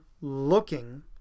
looking